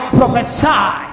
prophesy